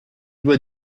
dois